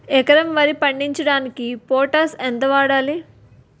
ఎకరం వరి పండించటానికి పొటాష్ ఎంత వాడాలి?